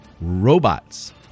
robots